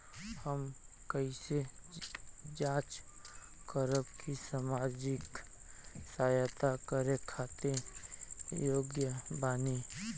हम कइसे जांच करब की सामाजिक सहायता करे खातिर योग्य बानी?